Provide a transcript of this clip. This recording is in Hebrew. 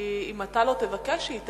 אם אתה לא תבקש שהיא תציג,